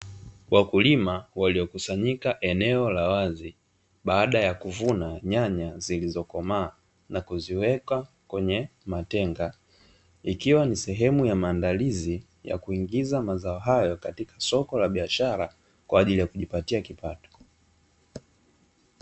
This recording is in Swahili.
Wakulima waliokusanyika eneo la wazi baada ya kuvuna nyanya zilizo komaa na kuziweka kwenye matenga ikiwa ni sehemu ya maadalizi ya kuingiza mazao hayo katika soko la biashara kwajili ya kujipatia kipato.